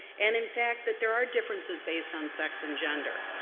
and, in fact, that there are differences based on sex and gender.